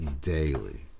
daily